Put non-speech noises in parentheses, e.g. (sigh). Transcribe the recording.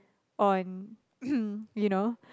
on (coughs) you know